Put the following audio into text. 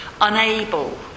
unable